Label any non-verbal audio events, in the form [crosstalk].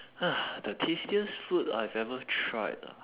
[noise] the tastiest food I have ever tried ah